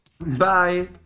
Bye